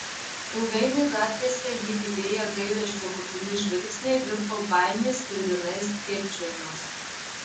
ilgainiui gatvėse jį lydėję gailesčio kupini žvilgsniai virto baimės sklidinais dėbčiojimais